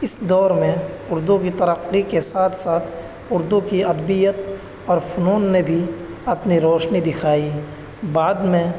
اس دور میں اردو کی ترقی کے ساتھ ساتھ اردو کی ادبیت اور فنون نے بھی اپنی روشنی دکھائی بعد میں